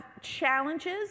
challenges